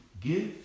give